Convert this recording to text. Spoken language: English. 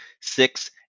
Six